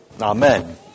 Amen